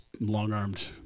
long-armed